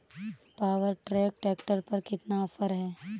Power track tractor पर कितना offer है?